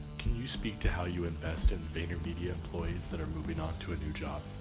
can you speak to how you invest in vayner media employees that are moving on to a new job.